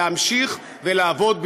להמשיך ולעבוד במשותף,